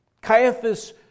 Caiaphas